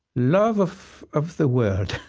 love of of the world,